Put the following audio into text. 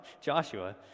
Joshua